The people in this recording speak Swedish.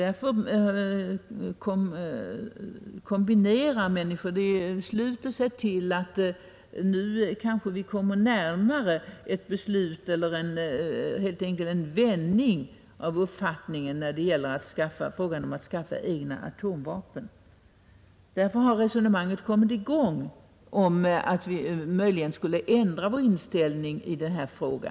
Därför har människor dragit den slutsatsen att vi nu kanske kommit närmare ett beslut eller helt enkelt till en vändning av uppfattningen när det gäller frågan om att skaffa egna atomvapen. Därför har resonemanget kommit i gång att vi möjligen avsåg att ändra vår inställning i denna fråga.